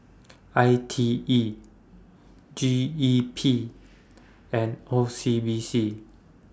I T E G E P and O C B C